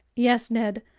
yes, ned!